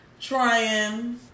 trying